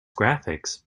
graphics